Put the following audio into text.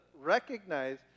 recognize